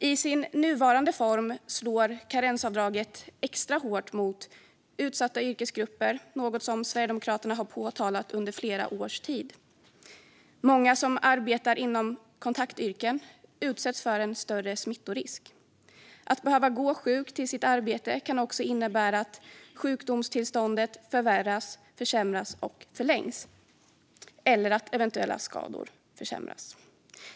I sin nuvarande form slår karensavdraget extra hårt mot utsatta yrkesgrupper, något som Sverigedemokraterna har påpekat under flera år. Många som arbetar inom kontaktyrken utsätts för en större smittorisk. Att behöva gå sjuk till sitt arbete kan också innebära att sjukdomstillståndet försämras och förlängs eller att skador förvärras.